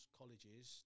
colleges